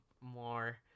more